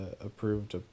approved